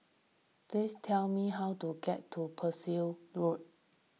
please tell me how to get to Percival Road